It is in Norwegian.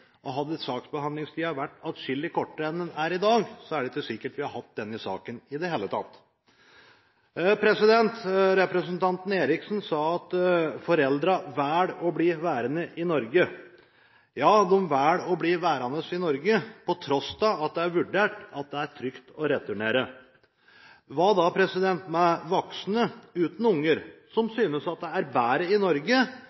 Og hadde saksbehandlingstiden vært atskillig kortere enn den er i dag, er det ikke sikkert vi hadde hatt denne saken i det hele tatt. Representanten Eriksen sa at foreldrene velger å bli værende i Norge. Ja, de velger å bli værende i Norge på tross av at det er vurdert at det er trygt å returnere. Hva da med voksne uten unger som